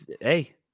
Hey